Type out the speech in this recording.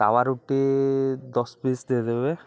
ତାୱା ରୁଟି ଦଶ ପିସ୍ ଦେଇଦେବେ